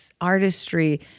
Artistry